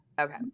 okay